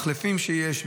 מחלפים שיש,